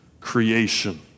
creation